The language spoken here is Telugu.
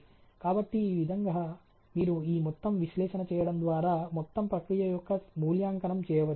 కాబట్టి ఈ విధంగా మీరు ఈ మొత్తం విశ్లేషణ చేయడం ద్వారా మొత్తం ప్రక్రియ యొక్క మూల్యాంకనం చేయవచ్చు